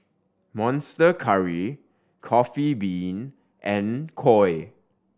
Monster Curry Coffee Bean and Koi